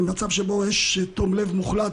עכשיו, אדוני היועץ המשפטי,